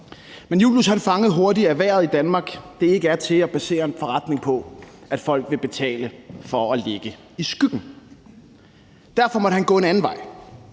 Men Julius fangede hurtigt, at vejret i Danmark ikke er til at basere en forretning på, at folk vil betale for at ligge i skyggen. Derfor måtte han gå en anden vej,